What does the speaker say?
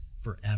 forever